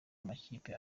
amakipe